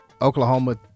Oklahoma